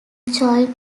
joined